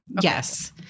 Yes